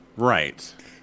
Right